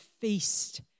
feast